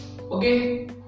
Okay